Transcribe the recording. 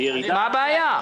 מה הבעיה?